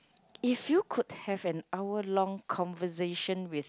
if you could have an hour long conversation with